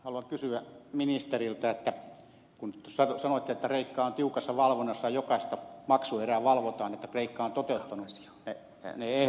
haluan kysyä ministeriltä kun sanoitte että kreikka on tiukassa valvonnassa ja jokaista maksuerää valvotaan että kreikka on toteuttanut ne ehdot